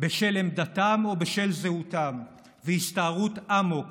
בשל עמדתם או בשל זהותם, והסתערות אמוק